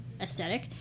aesthetic